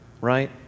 Right